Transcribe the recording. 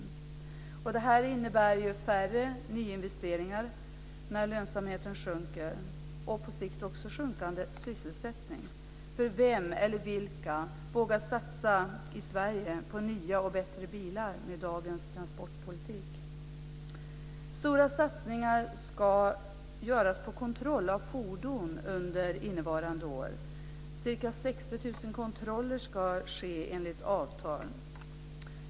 När lönsamheten sjunker innebär det färre nyinvesteringar och på sikt också sjunkande sysselsättning. För vem eller vilka vågar satsa på nya och bättre bilar i Sverige med dagens transportpolitik? Stora satsningar ska göras på kontroll av fordon under innevarande år. Ca 60 000 kontroller ska ske enligt avtal.